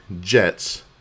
Jets